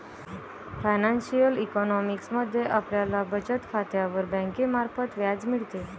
financial economics मध्ये आपल्याला बचत खात्यावर बँकेमार्फत व्याज मिळते